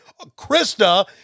Krista